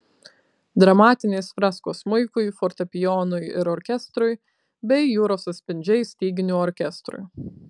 dramatinės freskos smuikui fortepijonui ir orkestrui bei jūros atspindžiai styginių orkestrui